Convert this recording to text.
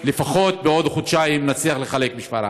לפחות בעוד חודשיים נצליח לחלק בשפרעם.